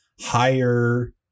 higher